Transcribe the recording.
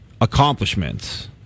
accomplishments